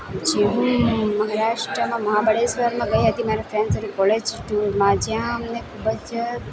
પછી હું મહારાષ્ટ્રમાં મહાબળેશ્વરમાં ગઈ હતી મારા ફ્રેન્ડ્સ સાથે કોલેજ ટૂરમાં જ્યાં અમને ખૂબ જ